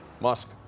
Musk